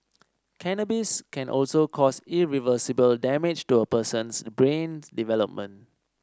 cannabis can also cause irreversible damage to a person's brain development